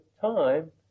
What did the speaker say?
time